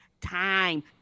time